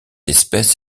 espèce